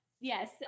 yes